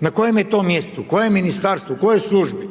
na kojem je to mjestu, koje ministarstvo, u kojoj službi.